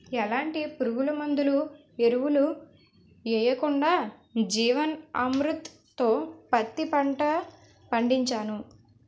ఎలాంటి పురుగుమందులు, ఎరువులు యెయ్యకుండా జీవన్ అమృత్ తో పత్తి పంట పండించాను